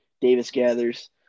Davis-Gathers